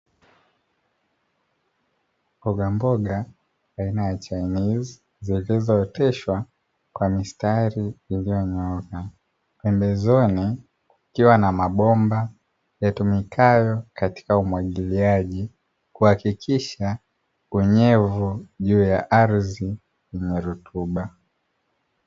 Mboga mboga aina ya chainizi lilizooteshwa kwa mistari iliyonyooka pembezoni kukiwa na mabomba yatumikayo katika umwagiliaji kuhakikisha unyevu juu ya ardhi yenye rutuba.